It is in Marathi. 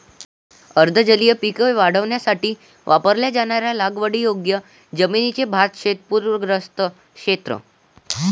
अर्ध जलीय पिके वाढवण्यासाठी वापरल्या जाणाऱ्या लागवडीयोग्य जमिनीचे भातशेत पूरग्रस्त क्षेत्र